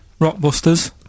Rockbusters